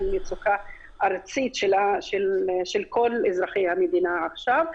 היא מצוקה ארצית של כל אזרחי המדינה עכשיו,